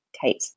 tight